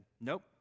Nope